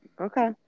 Okay